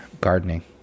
gardening